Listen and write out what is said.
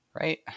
right